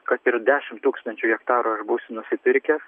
kad ir dešim tūkstančių hektarų aš būsiu nusipirkęs